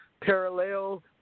parallel